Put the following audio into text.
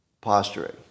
posturing